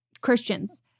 Christians